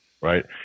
right